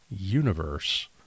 universe